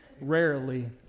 Rarely